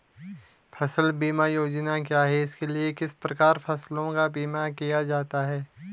फ़सल बीमा योजना क्या है इसके लिए किस प्रकार फसलों का बीमा किया जाता है?